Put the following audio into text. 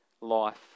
life